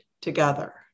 together